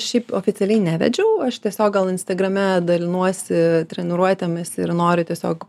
šiaip oficialiai nevedžiau aš tiesiog gal instagrame dalinuosi treniruotėmis ir noriu tiesiog